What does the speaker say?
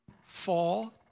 Fall